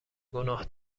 گناه